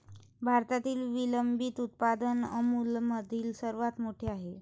भारतातील विलंबित उत्पादन अमूलमधील सर्वात मोठे आहे